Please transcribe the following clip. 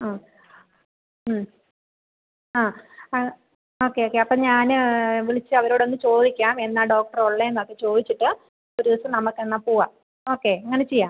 ആ ആ ആ ഓക്കെ ഓക്കെ അപ്പം ഞാൻ വിളിച്ചവരോടൊന്ന് ചോദിക്കാം എന്നാൽ ഡോക്ടറുള്ളത് എന്നൊക്കെ ചോദിച്ചിട്ട് ഒരു ദിവസം നമുക്കെന്നാൽ പോവാം ഓക്കെ അങ്ങനെ ചെയ്യാം